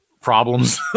problems